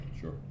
Sure